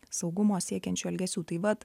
saugumo siekiančių elgesių tai vat